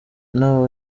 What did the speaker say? nab